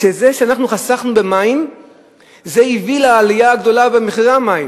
שזה שאנחנו חסכנו במים הביא לעלייה הגדולה במחירי המים,